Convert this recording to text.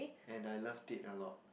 and I loved it a lot